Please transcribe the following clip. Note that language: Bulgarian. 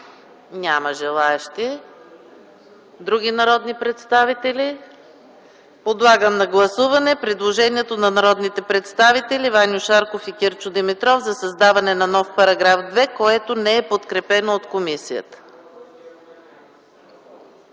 Няма желаещи. Други народни представители искат ли думата? Не. Подлагам на гласуване предложението на народните представители Ваньо Шарков и Кирчо Димитров за създаване на нов § 2, което не е подкрепено от комисията.